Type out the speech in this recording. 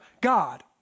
God